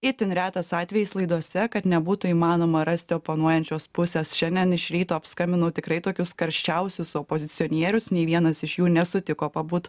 itin retas atvejis laidose kad nebūtų įmanoma rasti oponuojančios pusės šiandien iš ryto apskambinau tikrai tokius karščiausius opozicionierius nei vienas iš jų nesutiko pabūt